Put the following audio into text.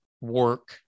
work